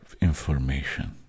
information